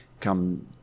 come